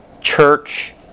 church